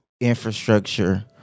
infrastructure